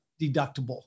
deductible